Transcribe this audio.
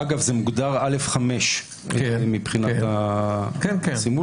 ואגב זה מוגדר א'5 מבחינת הסימול,